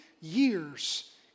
years